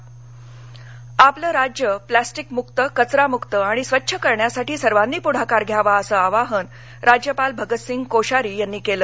राज्यपाल आपलं राज्य प्लॅस्टिकमुक्त कघरामुक्त आणि स्वच्छ करण्यासाठी सर्वांनी पुढाकार घ्यावा असं आवाहन राज्यपाल भगतसिंह कोश्यारी यांनी केलं